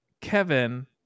Kevin